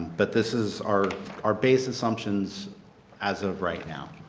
but this is our our base assumptions as of right now.